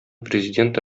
президенты